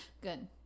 Good